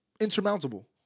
insurmountable